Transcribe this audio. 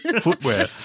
footwear